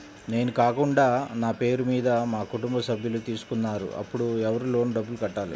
నేను కాకుండా నా పేరు మీద మా కుటుంబ సభ్యులు తీసుకున్నారు అప్పుడు ఎవరు లోన్ డబ్బులు కట్టాలి?